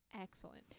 Excellent